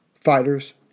fighters